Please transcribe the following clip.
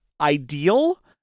ideal